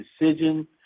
decision